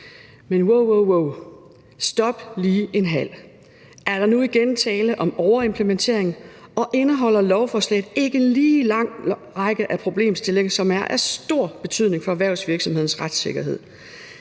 Men wow, wow – stop lige en halv. Er der nu igen tale om overimplementering, og indeholder lovforslaget ikke lige en lang række af problemstillinger, der er af stor betydning for erhvervsvirksomhedernes retssikkerhed,